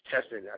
testing